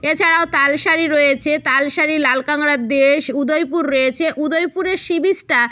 এছাড়াও তালসারি রয়েছে তালসারি লাল কাঁকড়ার দেশ উদয়পুর রয়েছে উদয়পুরের সি বিচটা